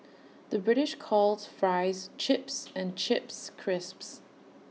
the British calls Fries Chips and Chips Crisps